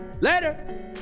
Later